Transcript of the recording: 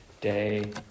day